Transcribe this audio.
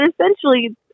essentially